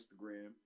Instagram